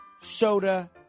Soda